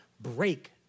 break